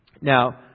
Now